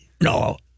No